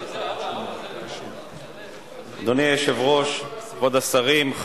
בסעיף 30(ב)